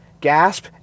gasp